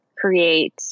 create